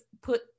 put